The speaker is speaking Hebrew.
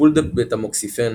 טיפול בטמוקסיפן,